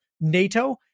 NATO